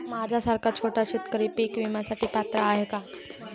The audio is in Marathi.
माझ्यासारखा छोटा शेतकरी पीक विम्यासाठी पात्र आहे का?